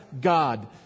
God